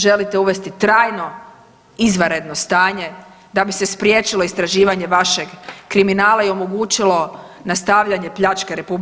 Želite uvesti trajno izvanredno stanje da bi se spriječilo istraživanje vašeg kriminala i omogućilo nastavljanje pljačke RH.